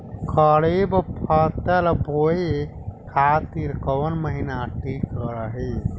खरिफ फसल बोए खातिर कवन महीना ठीक रही?